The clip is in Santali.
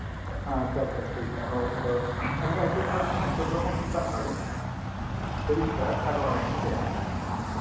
ᱟᱪᱪᱷᱟ ᱟᱪᱪᱷᱟ ᱴᱷᱤᱠᱟ ᱦᱳᱭ ᱟᱫᱚ ᱟᱹᱞᱤᱧᱟᱜ ᱧᱩᱛᱩᱢ ᱫᱚ ᱦᱟᱸᱜ ᱪᱚᱱᱫᱨᱚ ᱢᱳᱦᱚᱱ ᱦᱟᱸᱥᱫᱟ ᱠᱟᱱᱟᱞᱤᱧ ᱩᱲᱤᱥᱥᱟ ᱦᱮᱸᱥᱮ